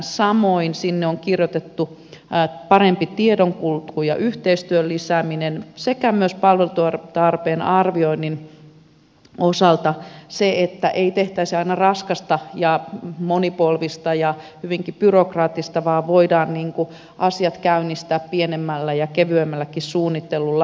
samoin sinne on kirjoitettu parempi tiedonkulku ja yhteistyön lisääminen sekä myös palvelutarpeen arvioinnin osalta se että ei tehtäisi aina raskasta ja monipolvista ja hyvinkin byrokraattista suunnittelua vaan voidaan asiat käynnistää pienemmällä ja kevyemmälläkin suunnittelulla